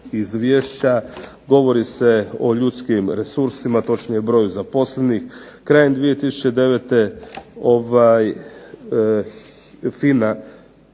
Izvješća govori se o ljudskim resursima, točnije broju zaposlenih. Krajem 2009. FINA